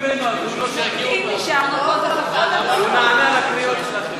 ביקשו ממנו, הוא נענה לקריאות שלכם.